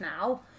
now